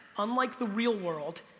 unlike the real world,